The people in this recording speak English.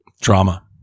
Drama